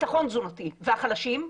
ביטחון תזונתי והחלשים,